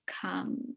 come